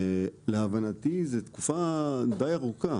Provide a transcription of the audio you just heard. להבנתי זאת תקופה די ארוכה.